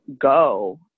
go